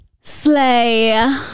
slay